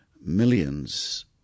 millions